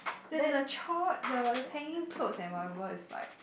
then the chore the hanging cloth and whatever is like